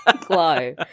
glow